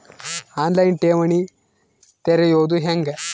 On line ಠೇವಣಿ ತೆರೆಯೋದು ಹೆಂಗ?